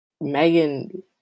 Megan